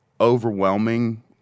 overwhelming